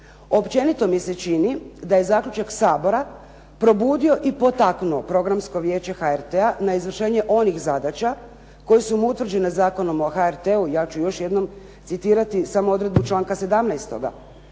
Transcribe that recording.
Općenito mi se čini da je zaključak Sabora probudio i potaknuo Programsko vijeće HRT-a na izvršenje onih zadaća koje su mu utvrđene Zakonom o HRT-u. Ja ću još jednom citirati samo odredbu članka 17.